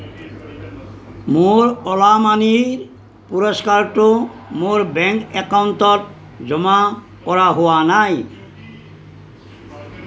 মোৰ অ'লা মানিৰ পুৰস্কাৰটো মোৰ বেংক একাউণ্টত জমা কৰা হোৱা নাই